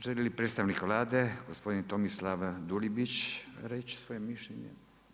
Želi li predstavnik Vlade uzeti g. Tomislav Dulibić reći svoje mišljenje?